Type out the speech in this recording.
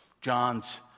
John's